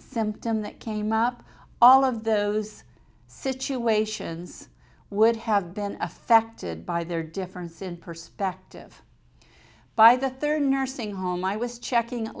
symptom that came up all of those situations would have been affected by their difference in perspective by the third nursing home i was checking at